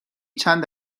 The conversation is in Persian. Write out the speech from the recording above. چند